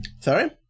Sorry